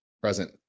present